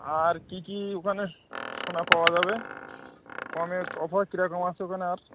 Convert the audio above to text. আর কি কি ওখানে সোনা পাওয়া যাবে কমে অফার কী রকম আছে ওখানে আর